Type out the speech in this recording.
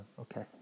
okay